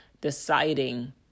deciding